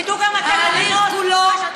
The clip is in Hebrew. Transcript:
תדעו גם אתם לגנות, ההליך